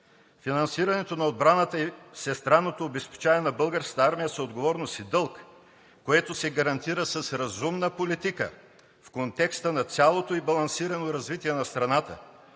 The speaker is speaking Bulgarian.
Финансирането на отбраната и всестранното обезпечаване на Българската армия са отговорност и дълг, което се гарантира с разумна политика в контекста на цялото ѝ балансирано развитие на страната,